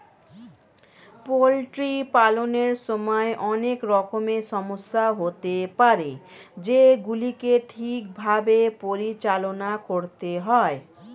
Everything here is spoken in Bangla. পোল্ট্রি পালনের সময় অনেক রকমের সমস্যা হতে পারে যেগুলিকে ঠিক ভাবে পরিচালনা করতে হয়